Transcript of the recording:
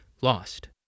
lost